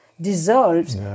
dissolves